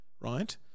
right